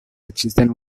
existen